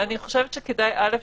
אני חשבת שכדאי אל"ף,